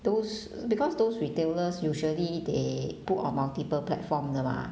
those because those retailers usually they put on multiple platform 的 mah